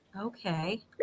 Okay